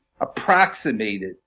approximated